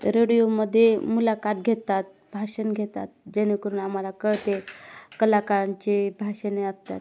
रेडिओमध्ये मुलाखत घेतात भाषण घेतात जेणेकरून आम्हाला कळते कलाकारांचे भाषणे असतात